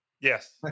Yes